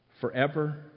forever